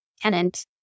tenant